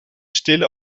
stille